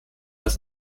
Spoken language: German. als